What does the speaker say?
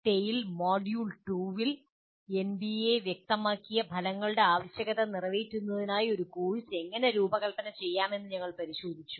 tail module 2 ൽ NBA വ്യക്തമാക്കിയ ഫലങ്ങളുടെ ആവശ്യകതകൾ നിറവേറ്റുന്നതിനായി ഒരു കോഴ്സ് എങ്ങനെ രൂപകൽപ്പന ചെയ്യാമെന്ന് ഞങ്ങൾ പരിശോധിച്ചു